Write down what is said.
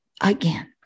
Again